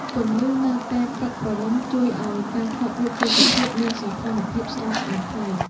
ពន្លឺនៅពេលព្រឹកព្រលឹមជួយឱ្យការថតរូបទេសភាពមានសោភ័ណភាពស្រស់ស្អាតប្លែក។